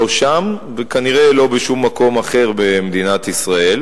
לא שם וכנראה לא בשום מקום אחר במדינת ישראל,